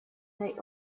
they